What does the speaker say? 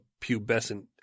pubescent